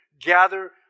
gather